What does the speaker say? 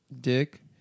dick